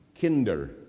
Kinder